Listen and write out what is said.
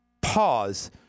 pause